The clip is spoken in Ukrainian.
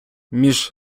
між